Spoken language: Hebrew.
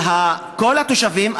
של כל התושבים,